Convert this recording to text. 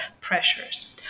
pressures